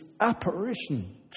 apparition